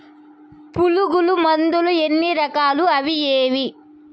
పులుగు మందులు ఎన్ని రకాలు అవి ఏవి?